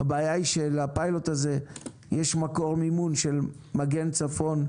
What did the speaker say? הבעיה היא שלפיילוט הזה יש מקור מימון של 'מגן הצפון'